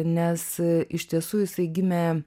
nes iš tiesų jisai gimė